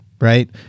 Right